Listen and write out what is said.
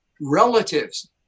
relatives